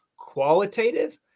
qualitative